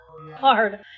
hard